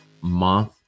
month